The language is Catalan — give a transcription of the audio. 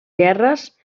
guerres